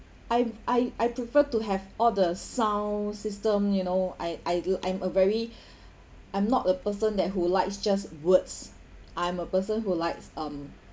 to have all the sound system you know I I lo~ I'm a very I'm not a person that who likes just words I'm a person who likes um